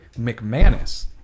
McManus